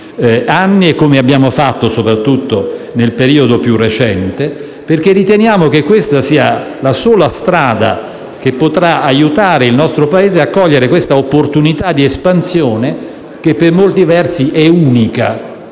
in questi anni e soprattutto nel periodo più recente, perché riteniamo che questa sia la sola strada che potrà aiutare il nostro Paese a cogliere questa opportunità di espansione per molti versi unica